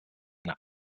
eine